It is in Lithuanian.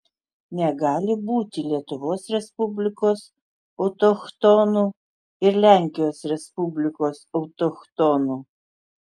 negali būti lietuvos respublikos autochtonų ir lenkijos respublikos autochtonų